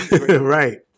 Right